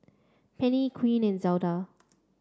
Penni Quint and Zelda